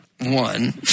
one